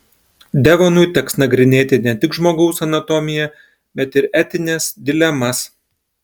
devonui teks nagrinėti ne tik žmogaus anatomiją bet ir etines dilemas